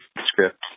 script